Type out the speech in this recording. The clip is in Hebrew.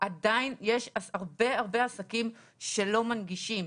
עדיין יש הרבה עסקים שלא מנגישים.